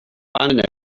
abandoned